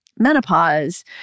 Menopause